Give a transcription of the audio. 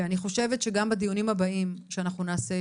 אני חושבת שגם בדיונים הבאים שנעשה,